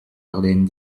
ardennes